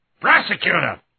Prosecutor